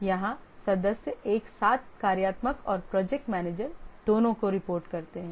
यहाँ सदस्य एक साथ कार्यात्मक और प्रोजेक्ट मैनेजर दोनों की रिपोर्ट करते हैं